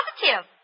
Positive